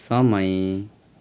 समय